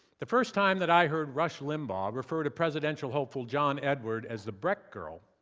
the first time that i heard rush limbaugh refer to presidential hopeful john edwards as the breck girl